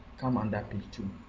come under page two.